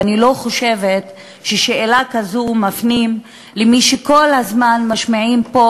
ואני לא חושבת ששאלה כזו מפנים למי שכל הזמן משמיעים פה